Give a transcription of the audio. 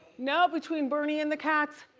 no, between bernie and the cats,